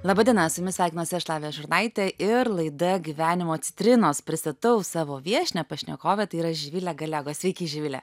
laba diena su jumis sveikinuosi aš lavija šurnaitė ir laida gyvenimo citrinos pristatau savo viešnią pašnekovę tai yra živilė galego sveiki živile